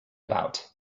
about